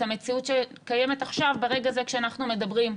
המציאות שקיימת עכשיו ברגע זה שאנחנו מדברים.